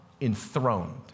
enthroned